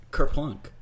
Kerplunk